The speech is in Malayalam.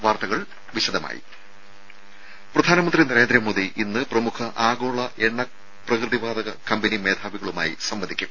വാർത്തകൾ വിശദമായി പ്രധാനമന്ത്രി നരേന്ദ്രമോദി ഇന്ന് പ്രമുഖ ആഗോള എണ്ണ പ്രകൃതി വാതക കമ്പനി മേധാവികളുമായി സംവദിക്കും